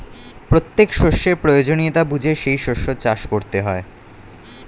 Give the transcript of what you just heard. প্রত্যেক শস্যের প্রয়োজনীয়তা বুঝে সেই শস্য চাষ করতে হয়